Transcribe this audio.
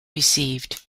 received